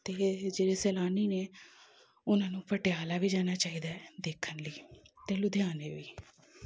ਅਤੇ ਜਿਹੜੇ ਸੈਲਾਨੀ ਨੇ ਉਹਨਾਂ ਨੂੰ ਪਟਿਆਲਾ ਵੀ ਜਾਣਾ ਚਾਹੀਦਾ ਦੇਖਣ ਲਈ ਅਤੇ ਲੁਧਿਆਣੇ ਵੀ